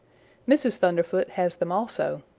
mrs. thunderfoot has them also.